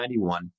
1991